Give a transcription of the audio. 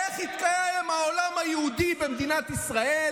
איך התקיים העולם היהודי במדינת ישראל